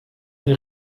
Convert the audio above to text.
die